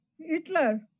Hitler